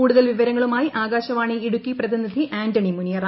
കൂടുതൽ വിവരങ്ങളുമായി ആകാശ്വാണി ഇടുക്കി പ്രതിനിധി ആന്റണി മുനിയറ